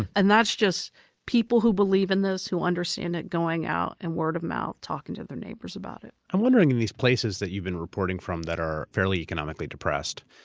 and that's just people who believe in this, who understand it, going out and word of mouth, talking to their neighbors about it. i'm wondering, in these places that you've been reporting from that are fairly economically depressed,